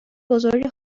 بزرگ